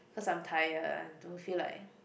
cause I'm tired I don't feel like